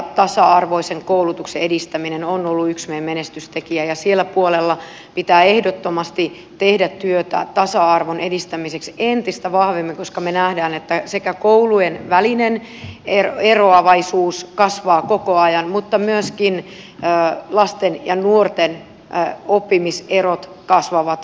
tasa arvoisen koulutuksen edistäminen on ollut yksi meidän menestystekijä ja siellä puolella pitää ehdottomasti tehdä työtä tasa arvon edistämiseksi entistä vahvemmin koska me näemme että sekä koulujen välinen eroavaisuus että myöskin lasten ja nuorten oppimiserot kasvavat koko ajan